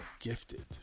Gifted